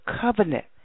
covenant